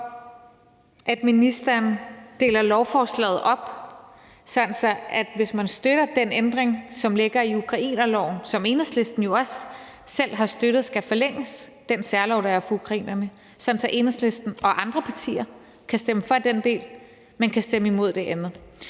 om, at ministeren deler lovforslaget op, sådan at hvis man støtter den ændring, som ligger i forhold til ukrainerloven, som Enhedslisten jo også selv har støttet skal forlænges – altså den særlov, der er for ukrainerne – kan Enhedslisten og andre partier stemme for den del, men stemme imod det andet.